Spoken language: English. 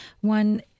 One